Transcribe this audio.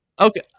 Okay